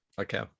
Okay